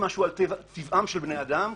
חשוב לומר משהו על התפקיד של הכנסת בעניין הזה,